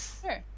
Sure